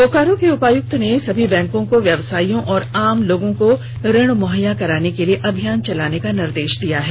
बोकारो के उपायुक्त ने सभी बैंकों को व्यापारियों और आम लोगों को ऋण मुहैया कराने के लिए अभियान चलाने का निर्देश दिया है